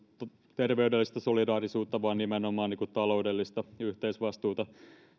terveydellistä solidaarisuutta vaan nimenomaan taloudellista yhteisvastuuta